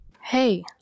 Hey